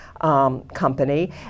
company